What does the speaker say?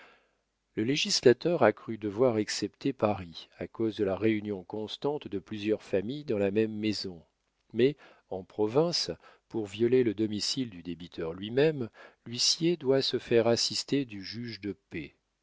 le législateur a cru devoir excepter paris à cause de la réunion constante de plusieurs familles dans la même maison mais en province pour violer le domicile du débiteur lui-même l'huissier doit se faire assister du juge de paix